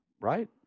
Right